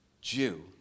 Jew